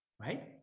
right